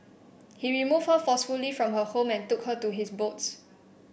he removed her forcefully from her home and took her to his boats